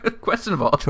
questionable